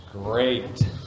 Great